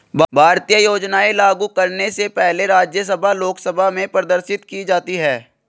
भारतीय योजनाएं लागू करने से पहले राज्यसभा लोकसभा में प्रदर्शित की जाती है